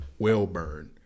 Wellburn